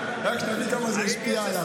מידה, רק שתראו כמה זה השפיע עליו.